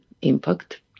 impact